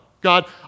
God